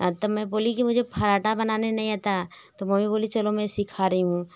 तब मैं बोली कि मुझे पराठा बनाने नहीं आता तो मम्मी बोली चलो मैं सिखा रही हूँ